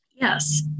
Yes